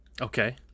Okay